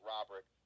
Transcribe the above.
Robert